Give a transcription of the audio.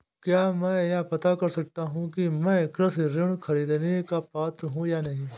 क्या मैं यह पता कर सकता हूँ कि मैं कृषि ऋण ख़रीदने का पात्र हूँ या नहीं?